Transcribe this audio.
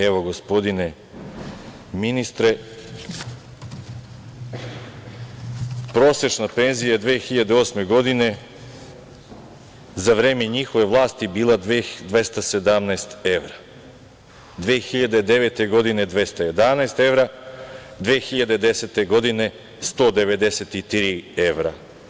Evo, gospodine ministre, prosečna penzija 2008. godine, za vreme njihove vlasti, je bila 217 evra, 2009. godine 211 evra, 2010. godine 193 evra.